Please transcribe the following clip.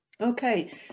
Okay